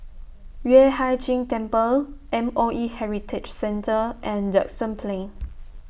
Yueh Hai Ching Temple M O E Heritage Centre and Duxton Plain